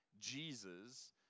Jesus